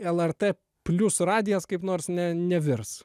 lrt plius radijas kaip nors ne nevirs